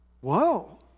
whoa